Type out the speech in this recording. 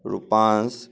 Rupansh